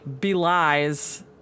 belies